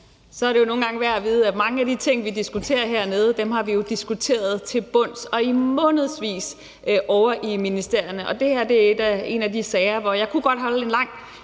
er det værd at vide, at mange af de ting, vi diskuterer hernede, har vi jo diskuteret til bunds og i månedsvis ovre i ministerierne, og det her er en af de sager, hvor jeg godt kunne holde en lang